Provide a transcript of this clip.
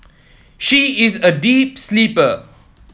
she is a deep sleeper